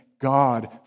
God